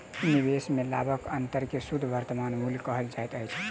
निवेश में लाभक अंतर के शुद्ध वर्तमान मूल्य कहल जाइत अछि